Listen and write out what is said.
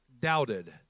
doubted